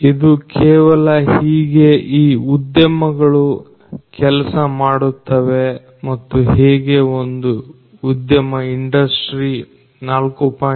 ಇದು ಕೇವಲ ಹೇಗೆ ಈ ಉದ್ಯಮಗಳು ಕೆಲಸ ಮಾಡುತ್ತವೆ ಮತ್ತು ಹೇಗೆ ಒಂದು ಉದ್ಯಮ ಇಂಡಸ್ಟ್ರಿ4